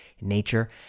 Nature